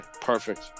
perfect